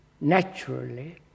naturally